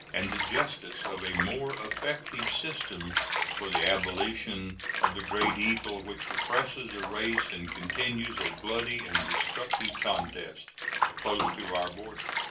and the justice of a more effective system for the abolition of the great evil which oppresses a race and continues a bloody and destructive contest close to our border,